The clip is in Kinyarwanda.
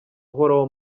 uhoraho